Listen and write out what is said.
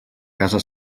casa